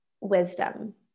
wisdom